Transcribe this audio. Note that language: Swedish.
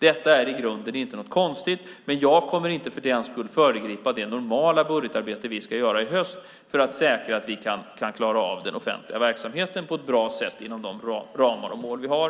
Detta är i grunden inte något konstigt, men jag kommer inte för den skull att föregripa det normala budgetarbete vi ska göra i höst för att säkra att vi kan klara av den offentliga verksamheten på ett bra sätt genom de ramar och mål vi har.